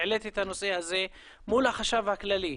העליתי את הנושא הזה מול החשב הכללי.